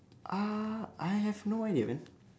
ah I have no idea man